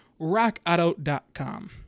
RockAuto.com